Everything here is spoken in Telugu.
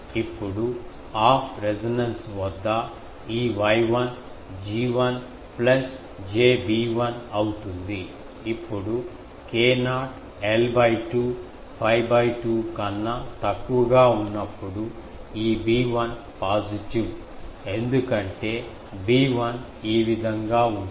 ఇప్పుడు ఆఫ్ రెసొనెన్స్ వద్ద ఈ Y1 G1 plus j B1 అవుతుంది ఇప్పుడు k0 l 2 𝛑 2 కన్నా తక్కువ గా ఉన్నప్పుడు ఈ B1 పాజిటివ్ ఎందుకంటే B1 ఈ విధంగా ఉంటుంది